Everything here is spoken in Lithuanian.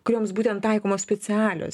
kurioms būtent taikomos specialios